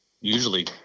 usually